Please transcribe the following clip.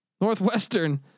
Northwestern